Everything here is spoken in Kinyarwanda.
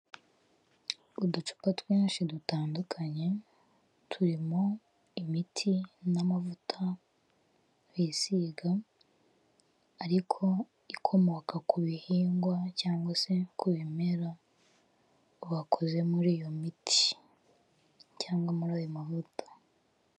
Uducupa twinshi dutandukanye turimo imiti n'amavuta bisiga ariko ikomoka ku bihingwa cyangwa se ku bimera bakoze muri iyo miti cyangwa muri ayo mavuta.